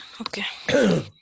Okay